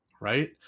right